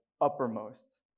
uppermost